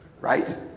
right